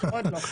עוד לא.